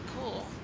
cool